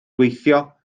gweithio